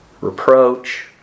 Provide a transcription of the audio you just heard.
reproach